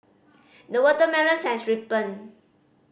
the watermelons has ripened